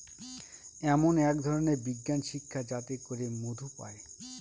এমন এক ধরনের বিজ্ঞান শিক্ষা যাতে করে মধু পায়